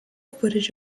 footage